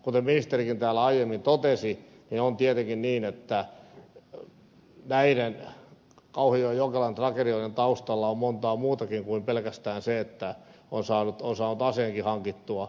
kuten ministerikin täällä aiemmin totesi niin on tietenkin niin että näiden kauhajoen ja jokelan tragedioiden taustalla on paljon muutakin kuin pelkästään se että on saanut aseenkin hankittua